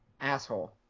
Asshole